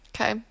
Okay